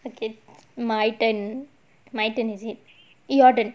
okay my turn my turn is it your turn